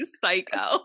psycho